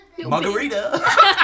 Margarita